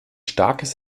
starkes